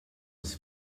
was